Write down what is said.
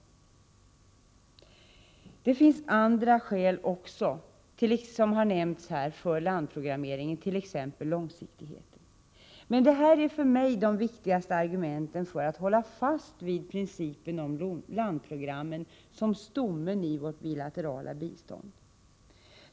Det finns också andra skäl som nämnts för landprogrammeringen, t.ex. långsiktigheten. Men det här är för mig de viktigaste argumenten för att hålla fast vid principen om landprogrammen som stommen i vårt bilaterala bistånd.